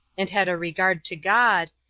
and had a regard to god,